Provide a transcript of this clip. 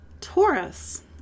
taurus